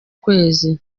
kwezi